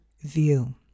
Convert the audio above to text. view